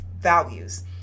values